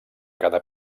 cada